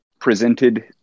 presented